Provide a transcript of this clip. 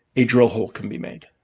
a drill hole can be made